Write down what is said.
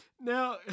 Now